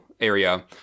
area